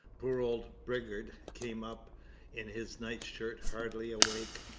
poor old bridgar came up in his nightshirt, hardly awake,